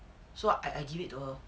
so I I give it to her